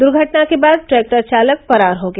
दुर्घटना के बाद ट्रैक्टर चालक फरार हो गया